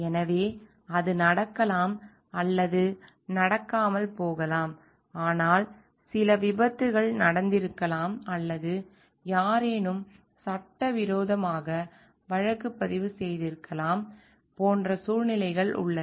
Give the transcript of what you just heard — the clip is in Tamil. எனவே அது நடக்கலாம் அல்லது நடக்காமல் போகலாம் ஆனால் சில விபத்துகள் நடந்திருக்கலாம் அல்லது யாரேனும் சட்டவிரோதமாக வழக்குப் பதிவு செய்திருக்கலாம் போன்ற சூழ்நிலைகள் உள்ளன